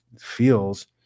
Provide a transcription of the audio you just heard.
feels